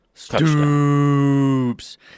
Stoops